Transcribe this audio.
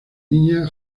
niña